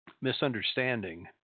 misunderstanding